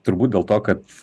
turbūt dėl to kad